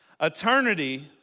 eternity